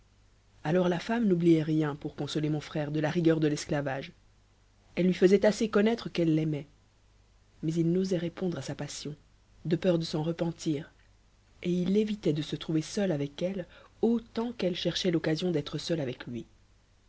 alors la femme n'oubliait rien pour consoler mon frère de la rigueur de l'esclavage elle lui faisait assez connaître qu'elle l'aimait mais il n'osait répondre à sa passion de peur de s'en repentir et il évitait de se trouver seul avec elle autant qu'elle cherchait l'occasion d'être seule avec lui